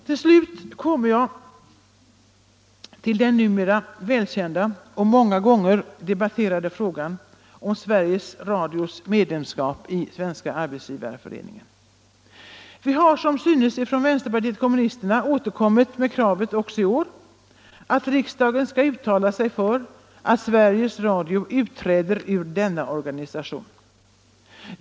Till sist kommer jag till den numera välkända och många gånger debatterade frågan om Sveriges Radios medlemskap i Svenska arbetsgivareföreningen. Vänsterpartiet kommunisterna har som synes även i år återkommit med kravet att riksdagen skall uttala sig för att Sveriges Radio utträder ur denna organisation.